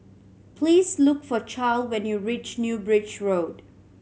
please look for Charle when you reach New Bridge Road